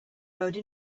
rode